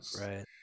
Right